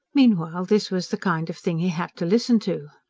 meanwhile this was the kind of thing he had to listen to.